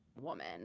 woman